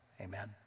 amen